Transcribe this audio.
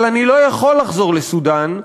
אבל אני לא יכול לחזור לסודאן,